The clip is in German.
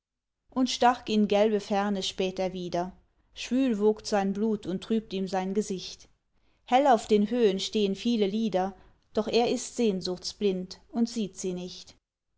und stark in gelbe ferne späht er wieder schwül wogt sein blut und trübt ihm sein gesicht hell auf den höhen stehen viele lieder doch er ist sehnsuchtsblind und sieht sie nicht